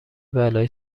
بلایی